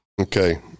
Okay